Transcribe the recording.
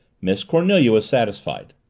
miss cornelia was satisfied.